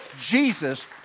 Jesus